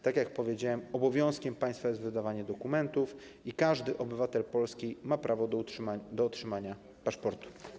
Tak jak powiedziałem, obowiązkiem państwa jest wydawanie dokumentów i każdy obywatel Polski ma prawo do otrzymania paszportu.